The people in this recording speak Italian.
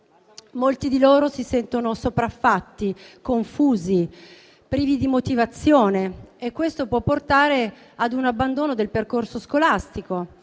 Molti di loro si sentono sopraffatti, confusi, privi di motivazione e questo può portare ad un abbandono del percorso scolastico.